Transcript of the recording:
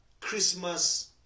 Christmas